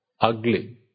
ugly